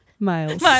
Miles